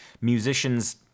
musicians